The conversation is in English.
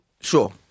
Sure